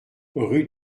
rue